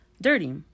Dirty